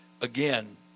Again